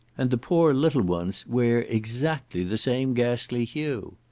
and the poor little ones wear exactly the same ghastly hue.